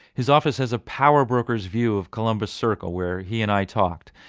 his office has a power brokers view of columbus circle, where he and i talked.